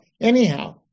Anyhow